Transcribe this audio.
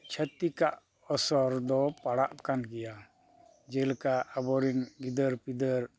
ᱪᱷᱟᱹᱛᱤᱠᱟᱜ ᱟᱥᱚᱨ ᱫᱚ ᱯᱟᱲᱟᱜ ᱠᱟᱱ ᱜᱮᱭᱟ ᱡᱮᱞᱮᱠᱟ ᱟᱵᱚ ᱨᱮᱱ ᱜᱤᱫᱟᱹᱨ ᱯᱤᱫᱟᱹᱨ